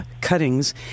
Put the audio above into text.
cuttings